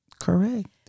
Correct